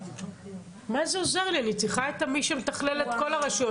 מי מתכלל את כל הרשויות?